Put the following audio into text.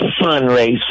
fundraise